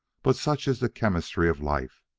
but such is the chemistry of life,